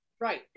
Right